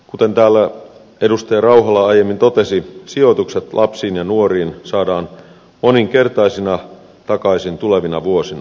kuten täällä edustaja rauhala aiemmin totesi sijoitukset lapsiin ja nuoriin saadaan moninkertaisina takaisin tulevina vuosina